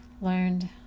learned